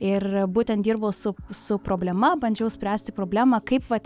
ir būtent dirbu su su problema bandžiau spręsti problemą kaip vat